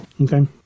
Okay